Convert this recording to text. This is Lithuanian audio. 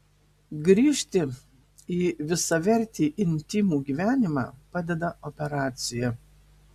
grįžti į visavertį intymų gyvenimą padeda operacija